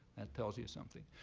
that tells you something.